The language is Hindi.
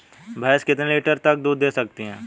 भैंस कितने लीटर तक दूध दे सकती है?